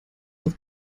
doch